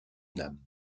nam